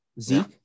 Zeke